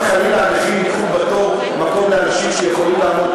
חלילה הנכים ייקחו מקום בתור מאנשים שיכולים לעמוד,